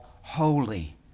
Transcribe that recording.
Holy